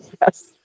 Yes